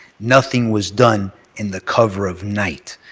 nothing was done in the cover of night.